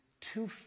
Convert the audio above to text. two